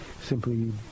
simply